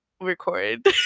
record